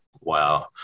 Wow